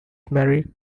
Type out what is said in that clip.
married